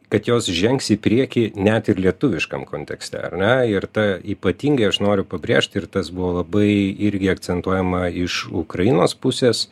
kad jos žengs į priekį net ir lietuviškam kontekste ar ne ir tą ypatingai aš noriu pabrėžt ir tas buvo labai irgi akcentuojama iš ukrainos pusės